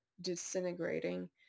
disintegrating